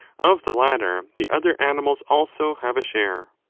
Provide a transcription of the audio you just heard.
of the latter the other animals also have a share.